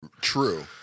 True